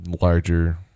larger